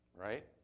right